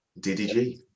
ddg